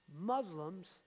Muslims